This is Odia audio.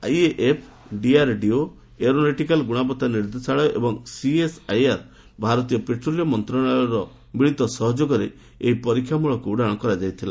ଆଇଏଏଫ୍ ଡିଆର୍ଡିଓ ଏରୋନଟିକାଲ୍ ଗୁଣବତ୍ତା ନିର୍ଦ୍ଦେଶାଳୟ ଏବଂ ସିଏସ୍ଆଇଆର୍ ଭାରତୀୟ ପେଟ୍ରୋଲିୟମ୍ ମନ୍ତ୍ରଣାଳୟର ମିଳିତ ସହଯୋଗରେ ଏହି ପରୀକ୍ଷାମ୍ଭଳକ ଉଡ଼ାଣ କରାଯାଇଥିଲା